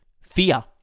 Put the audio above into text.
fear